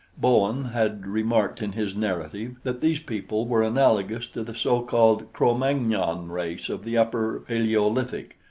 bowen had remarked in his narrative that these people were analogous to the so-called cro-magnon race of the upper paleolithic,